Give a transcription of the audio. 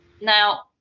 Now